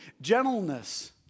gentleness